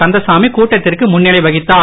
கந்தசாமி கூட்டத்திற்கு முன்னிலை வகித்தார்